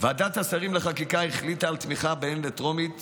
ועדת השרים לחקיקה החליטה על תמיכה בהן בטרומית